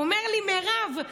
הוא אמר לי: מירב,